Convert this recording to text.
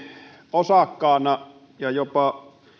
osakkaana ja jopa